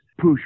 push